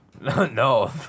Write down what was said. No